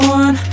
one